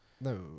No